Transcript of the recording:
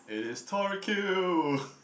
it is Tori Q